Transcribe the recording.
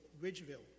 Ridgeville